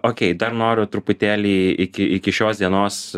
o dar noriu truputėlį iki iki šios dienos